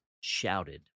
shouted